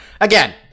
again